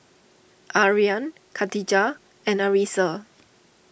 Aryan Katijah and Arissa